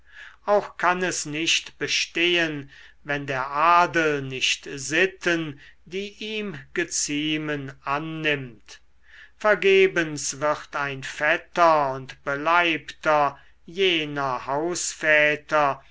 auch kann es nicht bestehen wenn der adel nicht sitten die ihm geziemen annimmt vergebens wird ein fetter und beleibter jener